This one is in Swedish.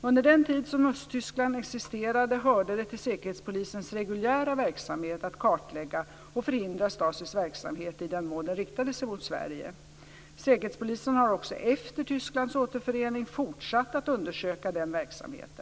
Under den tid som Östtyskland existerade hörde det till Säkerhetspolisens reguljära verksamhet att kartlägga och förhindra STASI:s verksamhet i den mån den riktade sig mot Sverige. Säkerhetspolisen har också efter Tysklands återförening fortsatt att undersöka denna verksamhet.